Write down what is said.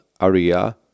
area